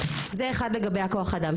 זה אחד לגבי הכוח האדם.